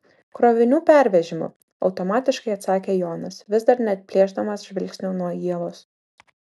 krovinių pervežimu automatiškai atsakė jonas vis dar neatplėšdamas žvilgsnio nuo ievos